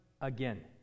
again